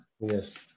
Yes